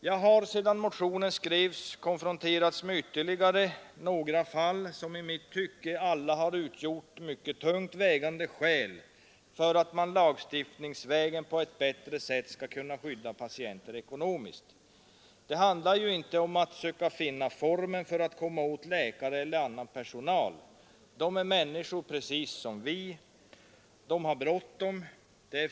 Jag har sedan motionen skrevs konfronterats med ytterligare några fall som i mitt tycke alla har utgjort mycket tungt vägande skäl för att man lagstiftningsvägen på ett bättre sätt skall skydda patienten ekonomiskt. Det handlar ju inte om att söka finna en form för att komma åt läkare eller annan personal. De är människor precis som vi. De har bråttom.